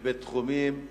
ובתחומים חינוך,